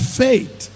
faith